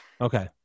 Okay